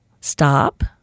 stop